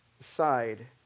side